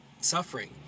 suffering